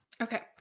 Okay